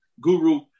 guru